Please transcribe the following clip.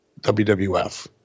WWF